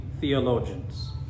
theologians